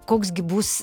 koks gi bus